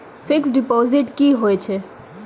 Fixed deposit की होय छै?